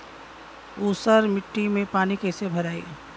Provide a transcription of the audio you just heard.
ऊसर मिट्टी में पानी कईसे भराई?